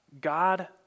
god